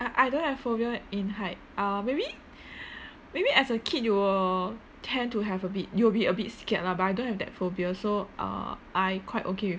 I I don't have phobia in height uh maybe maybe as a kid you will tend to have a bit you'll be a bit scared lah but I don't have that phobia so uh I quite okay with